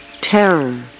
terror